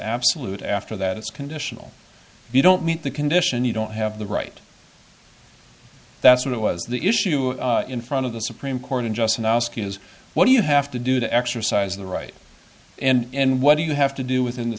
absolute after that it's conditional if you don't meet the condition you don't have the right that's what it was the issue in front of the supreme court in just an asking is what do you have to do to exercise the right and what do you have to do within the